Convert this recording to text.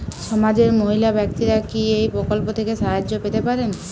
সমাজের মহিলা ব্যাক্তিরা কি এই প্রকল্প থেকে সাহায্য পেতে পারেন?